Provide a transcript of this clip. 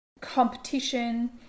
competition